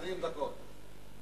20 דקות.